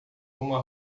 uma